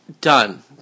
Done